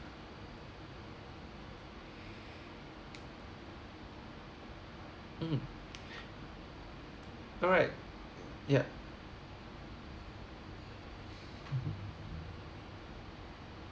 mm alright yup